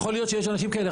יכול להיות שיש אנשים כאלה,